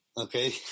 Okay